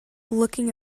looking